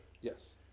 yes